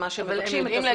הם מבקשים את הזמן הזה.